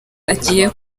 agiye